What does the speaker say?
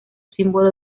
símbolo